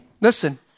listen